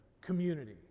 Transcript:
community